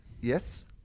Yes